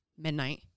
midnight